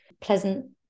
pleasant